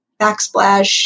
backsplash